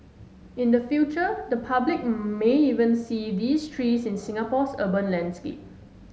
in the future the public may even see these trees in Singapore's urban landscape